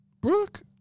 Brooke